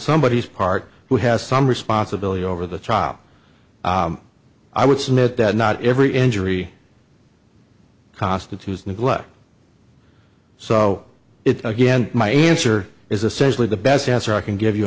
somebodies part who has some responsibility over the top i would submit that not every injury constitutes neglect so it's again my answer is essentially the best answer i can give you